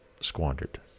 squandered